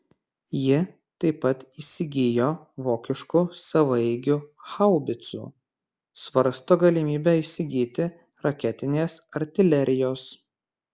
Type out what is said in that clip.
ji taip pat įsigijo vokiškų savaeigių haubicų svarsto galimybę įsigyti raketinės artilerijos